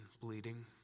bleeding